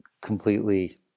completely